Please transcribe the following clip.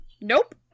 Nope